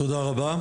תודה רבה.